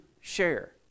share